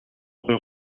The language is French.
rue